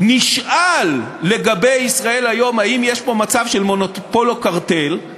נשאל לגבי "ישראל היום" אם יש פה מצב של מונופול או קרטל,